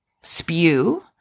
spew